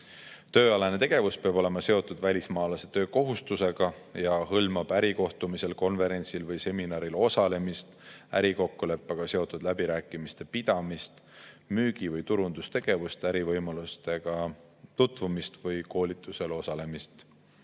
Tööalane tegevus peab olema seotud välismaalase töökohustusega ja see hõlmab ärikohtumisel, konverentsil või seminaril osalemist, ärikokkuleppega seotud läbirääkimiste pidamist, müügi‑ või turundustegevust, ärivõimalustega tutvumist või koolitusel osalemist.